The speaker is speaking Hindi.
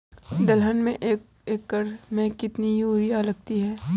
दलहन में एक एकण में कितनी यूरिया लगती है?